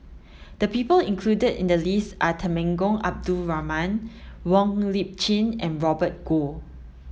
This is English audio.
the people included in the list are Temenggong Abdul Rahman Wong Lip Chin and Robert Goh